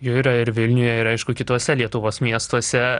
jų yra ir vilniuje ir aišku kituose lietuvos miestuose